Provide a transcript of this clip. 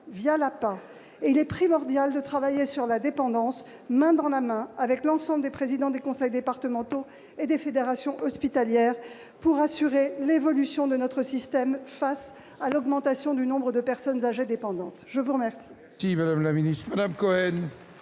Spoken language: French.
il est primordial de travailler sur la dépendance, main dans la main, avec l'ensemble des présidents des conseils départementaux et des fédérations hospitalières, afin d'assurer l'évolution de notre système face à l'augmentation du nombre de personnes âgées dépendantes. La parole